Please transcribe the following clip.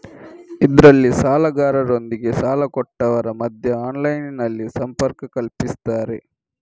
ಇದ್ರಲ್ಲಿ ಸಾಲಗಾರರೊಂದಿಗೆ ಸಾಲ ಕೊಟ್ಟವರ ಮಧ್ಯ ಆನ್ಲೈನಿನಲ್ಲಿ ಸಂಪರ್ಕ ಕಲ್ಪಿಸ್ತಾರೆ